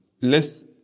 less